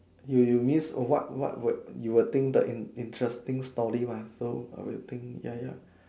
you you miss what what would you would think the in interesting story lah so we'll think ya ya